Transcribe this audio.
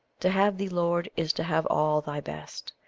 to have thee, lord, is to have all thy best,